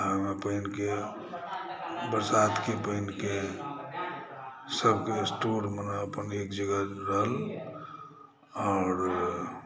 आ ओहिमे पानिके बरसातके पानिके संग्रह स्टोर बना एक जगह रहल आओर